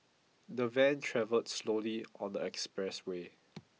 the van travelled slowly on the expressway